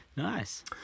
nice